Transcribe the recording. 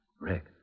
Rick